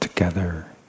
Together